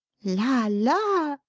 la! la!